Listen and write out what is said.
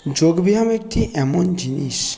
যোগব্যায়াম একটি এমন জিনিস